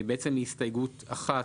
זו בעצם הסתייגות אחת,